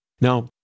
Now